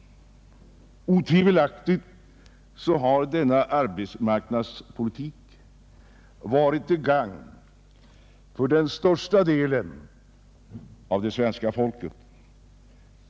Otvivelaktigt har denna arbetsmarknadspolitik varit till gagn för den största delen av det svenska folket.